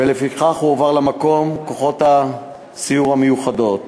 ולפיכך הועברו למקום כוחות סיור מיוחדים.